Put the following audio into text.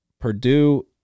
Purdue